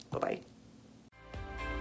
Bye-bye